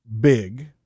big